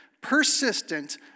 persistent